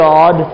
God